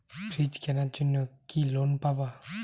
Fridge কেনার জন্য কি লোন পাব?